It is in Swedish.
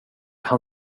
han